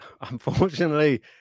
unfortunately